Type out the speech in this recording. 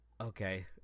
okay